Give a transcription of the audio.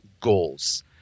goals